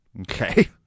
Okay